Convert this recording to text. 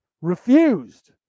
Refused